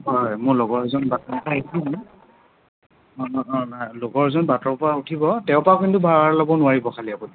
হয় মোৰ লগৰজন নাই লগৰজন বাটৰ পৰা উঠিব তেওঁৰ পৰা কিন্তু ভাৰা ল'ব নোৱাৰিব খালি